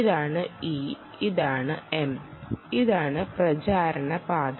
ഇതാണ് E ഇതാണ് M ഇതാണ് പ്രചാരണ പാത